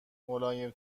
ملایم